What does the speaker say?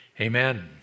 Amen